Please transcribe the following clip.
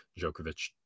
Djokovic